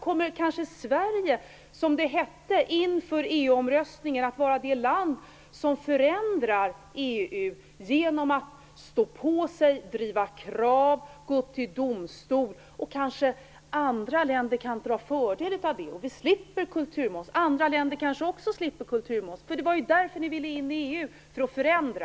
Kommer kanske Sverige - som det hette inför EU omröstningen - att vara det land som förändrar EU genom att stå på sig, ställa krav och gå till domstol? Kanske andra länder kan dra fördel av det, så att vi alla slipper kulturmoms. Det var ju därför socialdemokraterna ville in i EU - för att förändra!